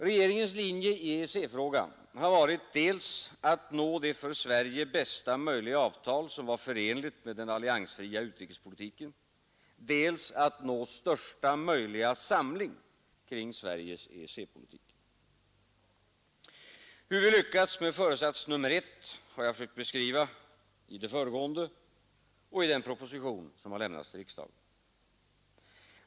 Regeringens linje i EEC-frågan har varit dels att nå det för Sverige bästa möjliga avtal som var förenligt med den alliansfria utrikespolitiken, dels att nå största möjliga samling kring Sveriges EEC-politik. Hur vi lyckats med föresats nummer ett har jag försökt beskriva i det föregående och i den proposition som har lämnats till riksdagen.